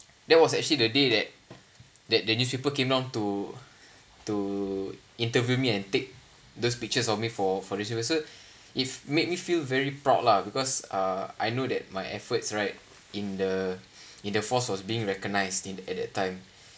that was actually the day that the newspaper came on to to interview me and take those pictures of me for for so it made me feel very proud lah because uh I know that my efforts right in the in the force of being recognised in at that time